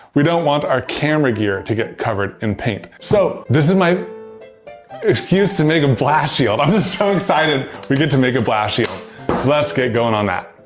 we don't want our camera gear to get covered in paint. so this is my excuse to make a blast shield, i'm just so excited we get to make a blast shield so let's get going on that.